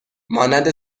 مانند